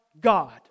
God